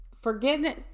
forgiveness